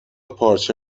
پارچه